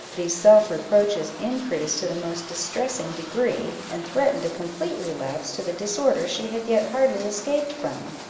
these self-reproaches increased to the most distressing degree, and threatened a complete relapse to the disorder she had yet hardly escaped from.